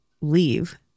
leave